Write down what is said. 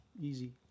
easy